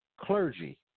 clergy